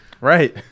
right